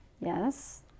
Yes